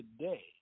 today